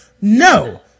no